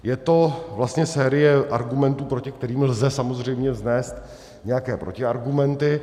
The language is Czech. Je to vlastně série argumentů, proti kterým lze samozřejmě vznést nějaké protiargumenty.